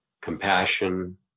compassion